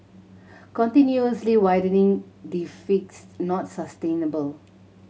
continuously widening deficits not sustainable